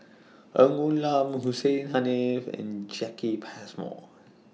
Ng Woon Lam Hussein Haniff and Jacki Passmore